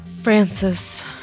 Francis